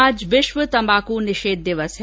आज विश्व तंबाकू निषेध दिवस है